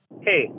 Hey